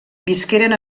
visqueren